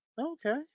Okay